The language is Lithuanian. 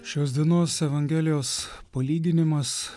šios dienos evangelijos palyginimas